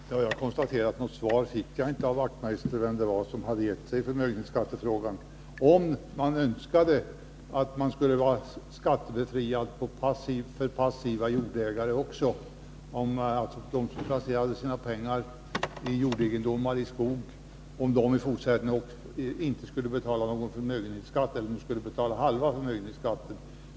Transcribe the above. Herr talman! Jag konstaterar att jag inte fick något svar av Knut Wachtmeister på frågan vem det var som hade gett sig i förmögenhetsskattefrågan — om man önskade att skattebefrielse skulle gälla även för passiva jordägare och att de som placerade sina pengar i jordegendom och skog i fortsättningen inte skulle betala någon förmögenhetsskatt eller om de skulle betala halv förmögenhetsskatt.